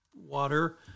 water